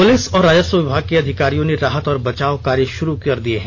police और राजस्व विभाग के अधिकारियों ने राहत और बचाव कार्य शुरू कर दिये हैं